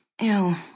Ew